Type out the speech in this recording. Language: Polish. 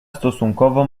stosunkowo